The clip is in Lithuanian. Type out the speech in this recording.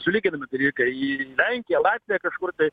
sulygini dalykai į lenkiją latviją kažkur tai